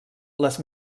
les